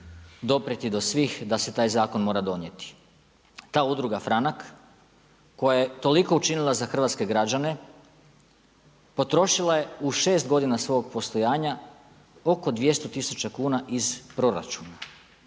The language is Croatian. doprijeti do svih da se taj zakon mora donijeti. Ta Udruga Franak koja je toliko učinila za hrvatske građane potrošila je u 6 godina svog postojanja oko 200 tisuća kuna iz proračuna.